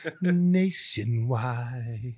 Nationwide